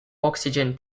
oxygen